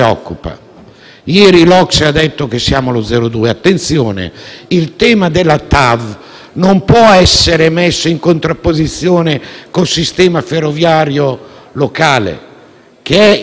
che è in grandissima emergenza, e non può essere messo in contrapposizione con le opere indispensabili di ammodernamento.